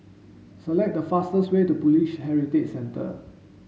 select the fastest way to Police Heritage Centre